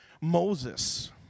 Moses